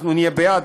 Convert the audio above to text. אנחנו נהיה בעד,